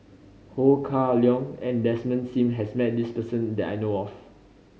Ho Kah Leong and Desmond Sim has met this person that I know of